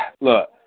look